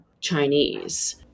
Chinese